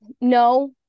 No